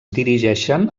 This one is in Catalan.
dirigeixen